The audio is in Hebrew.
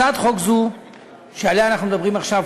הצעת חוק זו שעליה אנחנו מדברים עכשיו,